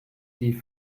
die